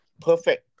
perfect